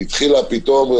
שהיא התחילה פתאום.